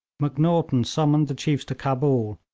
macnaghten summoned the chiefs to cabul.